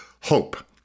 Hope